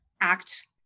act